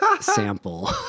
sample